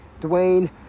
Dwayne